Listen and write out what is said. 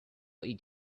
eat